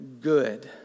good